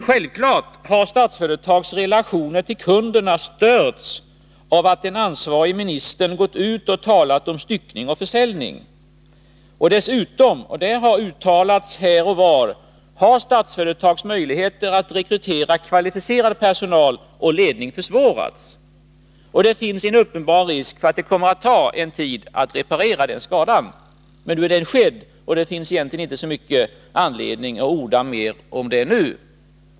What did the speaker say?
Självklart har Statsföretags relationer till kunderna störts av att den ansvarige ministern gått ut och talat om styckning och försäljning. Dessutom — och det har uttalats här och var — har Statsföretags möjligheter att rekrytera kvalificerad personal och ledning försvårats. Det finns en uppenbar risk för att det kommer att ta en tid att reparera den skadan. Men nu är den skedd, och det finns egentligen inte så stor anledning att orda mer om det nu.